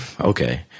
Okay